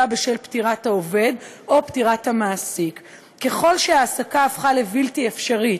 בשל פטירת העובד או פטירת המעסיק ככל שההעסקה הפכה לבלתי אפשרית,